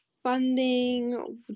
funding